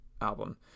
album